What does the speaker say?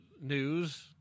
news